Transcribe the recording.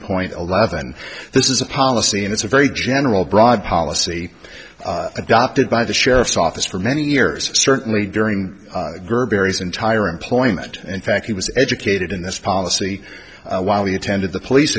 point eleven this is a policy and it's a very general broad policy adopted by the sheriff's office for many years certainly during grb aires entire employment in fact he was educated in this policy while he attended the police